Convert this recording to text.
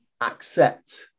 accept